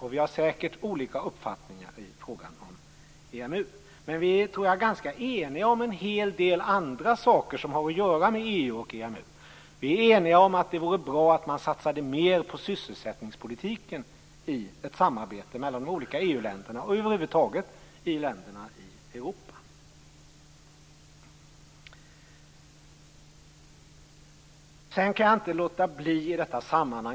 Vi har säkert olika uppfattningar i fråga om EMU, men jag tror att vi är ganska eniga om en hel del andra saker som har att göra med EU och EMU. Vi är eniga om att det vore bra att satsa mer på sysselsättningspolitiken i ett samarbete mellan de olika EU-länderna och över huvud taget i länderna i Europa.